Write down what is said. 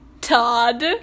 Todd